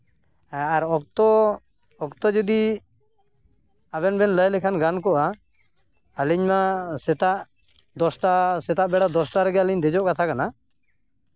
ᱦᱮᱸ ᱟᱨ ᱚᱠᱛᱚ ᱚᱠᱛᱚ ᱡᱩᱫᱤ ᱟᱵᱮᱱ ᱵᱮᱱ ᱞᱟᱹᱭ ᱞᱮᱠᱷᱟᱱ ᱜᱟᱱ ᱠᱚᱜᱼᱟ ᱟᱹᱞᱤᱧᱢᱟ ᱥᱮᱛᱟᱜ ᱫᱚᱥᱴᱟ ᱥᱮᱛᱟᱜ ᱵᱮᱲᱟ ᱫᱚᱥᱴᱟ ᱨᱮᱜᱮᱞᱤᱧ ᱫᱮᱡᱚᱜ ᱠᱟᱛᱷᱟ ᱠᱟᱱᱟ